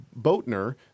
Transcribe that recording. Boatner